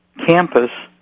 campus